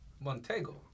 Montego